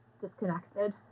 disconnected